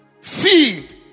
Feed